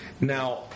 Now